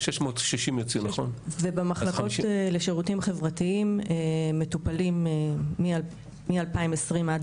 במחלקות לשירותים חברתיים מטופלים מ-2020 עד